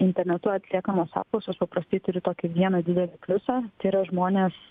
internetu atliekamos apklausos paprastai turi tokį vieną didelį pliusą tai yra žmonės